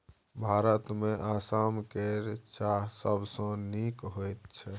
भारतमे आसाम केर चाह सबसँ नीक होइत छै